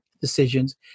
decisions